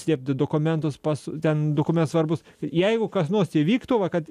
slėpti dokumentus pas ten domentai svarbūs jeigu kas nors įvyktų va kad